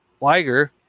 Liger